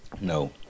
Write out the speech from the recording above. No